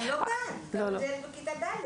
גם לא גן, גם ילד בכיתה ד'.